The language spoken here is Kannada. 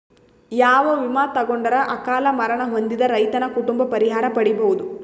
ಯಾವ ವಿಮಾ ತೊಗೊಂಡರ ಅಕಾಲ ಮರಣ ಹೊಂದಿದ ರೈತನ ಕುಟುಂಬ ಪರಿಹಾರ ಪಡಿಬಹುದು?